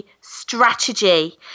strategy